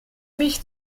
mich